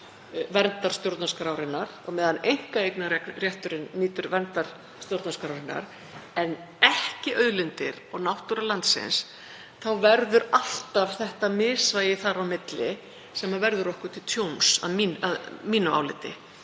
verndar stjórnarskrárinnar, á meðan einkaeignarrétturinn nýtur verndar stjórnarskrárinnar en ekki auðlindir og náttúra landsins þá verður alltaf þetta misvægi þar á milli sem verður okkur til tjóns, að mínu áliti.